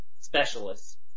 specialists